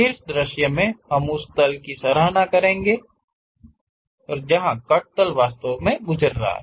शीर्ष दृश्य में हम उस तल की सराहना करने की स्थिति में होंगे जहां कट तल वास्तव में गुजर रहा है